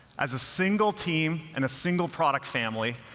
as a single team and a single product family,